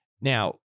Now